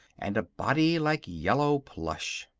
and a body like yellow plush.